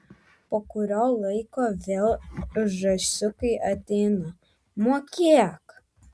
po kurio laiko vėl žąsiukai ateina mokėk